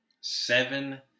Seven